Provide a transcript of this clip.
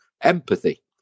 empathy